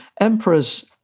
emperors